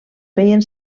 feien